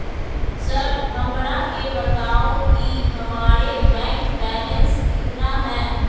Sir हमरा के बताओ कि हमारे बैंक बैलेंस कितना है?